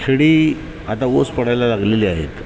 खेडी आता ओस पडायला लागलेली आहेत